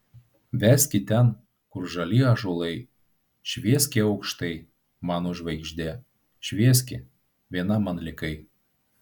veski ten kur žali ąžuolai švieski aukštai mano žvaigžde švieski viena man likai